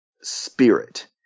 spirit